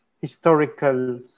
historical